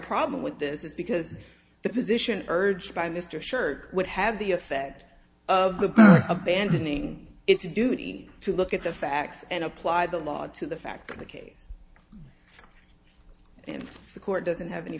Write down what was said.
problem with this is because the position urged by mr sherk would have the effect of the abandoning its duty to look at the facts and apply the law to the fact that the case and the court doesn't have any